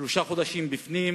שלושה חודשים בפנים,